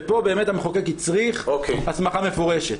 ופה באמת המחוקק הצריך הסמכה מפורשת.